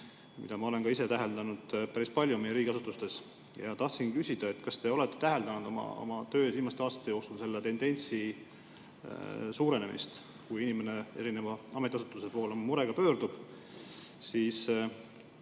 mida ma olen ka ise täheldanud päris palju meie riigiasutustes. Tahtsin küsida, kas te olete täheldanud oma töös viimaste aastate jooksul selle tendentsi suurenemist. Kui inimene oma murega erinevate ametiasutuste poole pöördub, siis